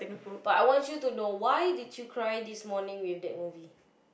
but I want you to know why you cried this morning with that movie